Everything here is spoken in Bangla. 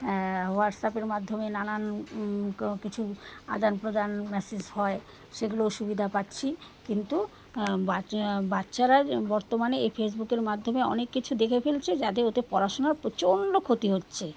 হোয়াটসঅ্যাপের মাধ্যমে নানান কিছু আদান প্রদান মেসেজ হয় সেগুলোও সুবিধা পাচ্ছি কিন্তু বাচ বাচ্চারা বর্তমানে এই ফেসবুকের মাধ্যমে অনেক কিছু দেখে ফেলছে যাাদের ওতে পড়াশোনার প্রচণ্ড ক্ষতি হচ্ছে